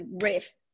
riff